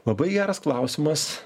labai geras klausimas